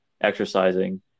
exercising